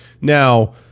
Now